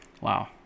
Wow